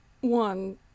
one